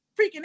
freaking